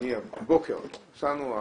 הבוקר נסענו,